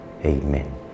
Amen